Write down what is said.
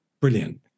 Brilliant